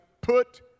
Put